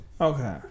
Okay